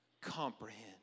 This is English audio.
comprehend